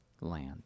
land